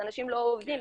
אנשים לא עובדים,